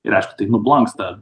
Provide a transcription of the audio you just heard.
ir aišku tai nublanksta